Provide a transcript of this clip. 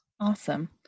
Awesome